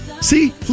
See